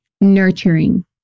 nurturing